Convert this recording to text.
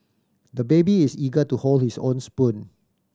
the baby is eager to hold his own spoon